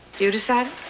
you decided?